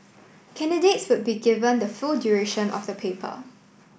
candidates would be given the full duration of the paper